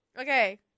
Okay